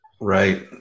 Right